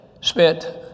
spent